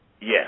Yes